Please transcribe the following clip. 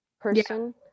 person